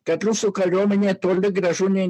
kad rusų kariuomenė toli gražu ne